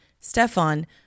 Stefan